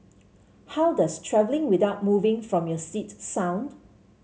how does travelling without moving from your seat sound